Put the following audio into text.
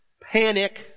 panic